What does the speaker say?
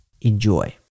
Enjoy